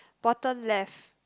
bottom left